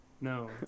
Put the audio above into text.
No